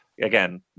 again